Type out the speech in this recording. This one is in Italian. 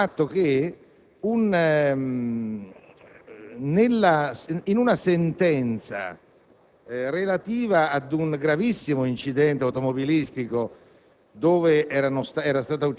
colpiva il fatto che, in occasione della sentenza relativa ad un gravissimo incidente automobilistico,